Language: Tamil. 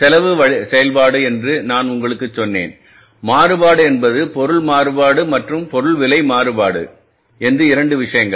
செலவுசெயல்பாடு என்று நான் உங்களுக்குச் சொன்னேன் மாறுபாடு என்பது பொருள் மாறுபாடு மற்றும் பொருள் விலை மாறுபாடு என்று 2 விஷயங்கள